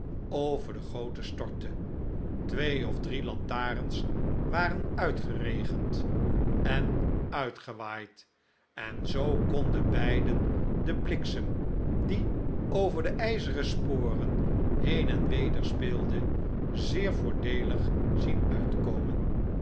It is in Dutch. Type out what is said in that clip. over de goten stortte twee of drie lantarens waren uitgeregend en uitgewaaid en zoo konden beiden den bliksem die over de ijzeren sporen heen en weder speelde zeer voordeelig zien uitkoraen